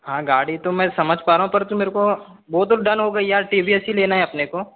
हाँ गाड़ी तो मैं समझ पा रहा हूँ पर तू मेरे को वो तो डन हो गई यार टी वी एस ही लेना है अपने को